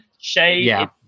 Shade